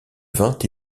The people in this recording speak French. vingt